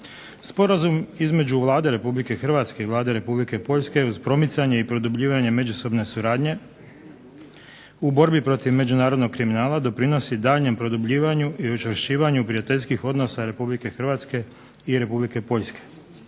Sporazum između Vlade Republike Hrvatske i Vlade Republike Poljske uz promicanje i produbljivanje međusobne suradnje, u borbi protiv međunarodnog kriminala doprinosi daljnjem produbljivanje i učvršćivanju prijateljskih odnosa Republike Hrvatske i Republike Poljske.